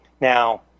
Now